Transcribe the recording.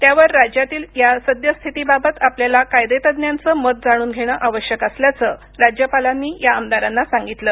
त्यावर राज्यातील या सद्यस्थिती बाबत आपल्याला कायदेतज्ज्ञाचं मत जाणून घेणं आवश्यक असल्याचं राज्यपालांनी या आमदारांना सांगितलं